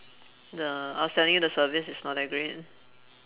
the I was telling you the service is not that great